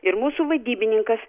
ir mūsų vadybininkas